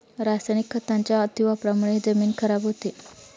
रासायनिक खतांच्या अतिवापरामुळे जमीन खराब होते